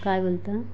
काय बोलता